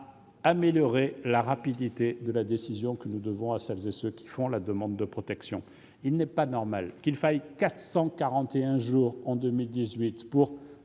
améliorer la rapidité de la décision que nous devons à celles et ceux qui font une demande de protection. Il n'est pas normal qu'un Géorgien venu